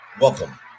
welcome